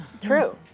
True